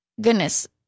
Goodness